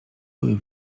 były